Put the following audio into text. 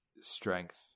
strength